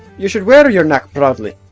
you should wear your knack proudly.